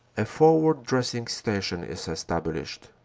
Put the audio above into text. a forward dressing-station is established.